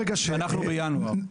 אנחנו בינואר.